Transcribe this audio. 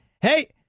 Hey